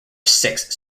six